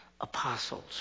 apostles